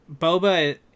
boba